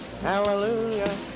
Hallelujah